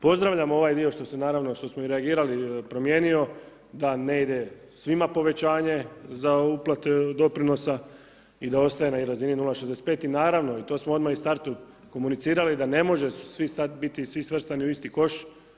Pozdravljam ovaj dio naravno što smo i reagirali promijenio da ne ide svima povećanje za uplate doprinosa i da ostaje na razini 0,65 i naravno i to smo odmah u startu komunicirali da ne može svi biti svrstani u isti koš.